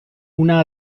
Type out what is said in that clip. una